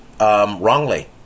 wrongly